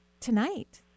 tonight